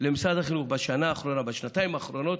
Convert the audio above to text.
בשנה האחרונה, בשנתיים האחרונות,